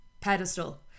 pedestal